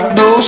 no